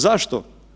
Zašto?